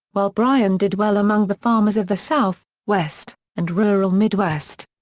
while bryan did well among the farmers of the south, west, and rural midwest.